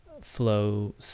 flow